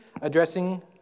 addressing